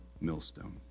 millstone